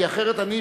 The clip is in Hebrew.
כי אחרת אני,